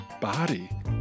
body